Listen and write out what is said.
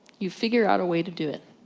you figure out a way to do it.